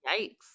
Yikes